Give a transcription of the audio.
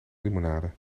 limonade